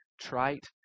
trite